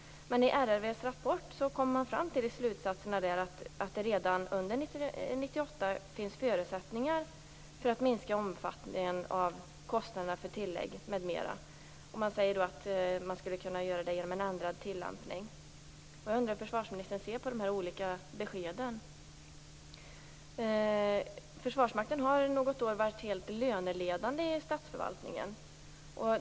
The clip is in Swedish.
Men i slutsatserna i RRV:s rapport kom man fram till att det redan under 1998 finns förutsättningar för att minska omfattningen av kostnaderna för tillägg m.m. Man säger att det skulle kunna ske genom en ändrad tillämpning. Jag undrar hur försvarsministern ser på de olika beskeden. Försvarsmakten har under något år varit helt löneledande i statsförvaltningen.